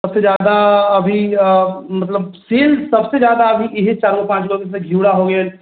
सबसँ ज्यादा अभी मतलब सेल सबसँ ज्यादा अभी इएह चारिगो पाँचगो जइसे घिवरा हो गेल